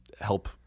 help